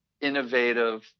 innovative